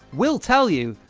we'll tell you.